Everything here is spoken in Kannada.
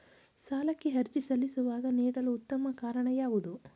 ಸಾಲಕ್ಕೆ ಅರ್ಜಿ ಸಲ್ಲಿಸುವಾಗ ನೀಡಲು ಉತ್ತಮ ಕಾರಣ ಯಾವುದು?